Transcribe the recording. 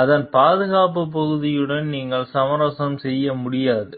அதன் பாதுகாப்புப் பகுதியுடன் நீங்கள் சமரசம் செய்ய முடியாது